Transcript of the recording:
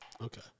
okay